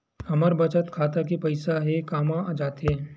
हमर बचत खाता के पईसा हे कामा जाथे?